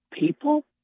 people